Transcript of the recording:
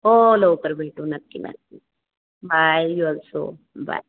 हो लवकर भेटू नक्की नक्की बाय यु अल्सो बाय